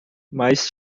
mas